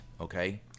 Okay